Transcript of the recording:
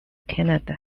canada